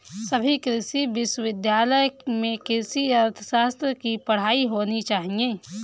सभी कृषि विश्वविद्यालय में कृषि अर्थशास्त्र की पढ़ाई होनी चाहिए